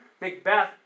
Macbeth